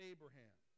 Abraham